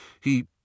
He